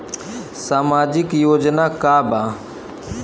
सामाजिक योजना का बा?